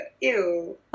ew